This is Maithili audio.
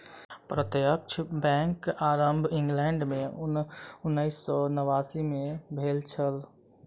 प्रत्यक्ष बैंकक आरम्भ इंग्लैंड मे उन्नैस सौ नवासी मे भेल छल